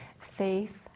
Faith